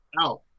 out